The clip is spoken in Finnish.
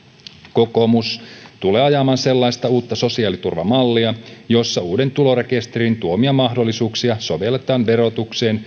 kokoomus tulee ajamaan sellaista uutta sosiaaliturvamallia jossa uuden tulorekisterin tuomia mahdollisuuksia sovelletaan verotukseen